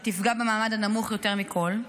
שתפגע במעמד הנמוך יותר מכול?